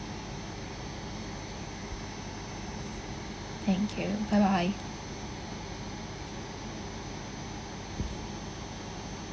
thank you bye bye